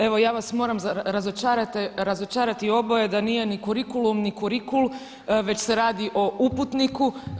Evo ja vas moram razočarati oboje da nije ni kurikulum ni kurikul već se radio o uputniku.